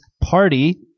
party